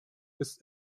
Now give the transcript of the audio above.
ist